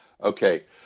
Okay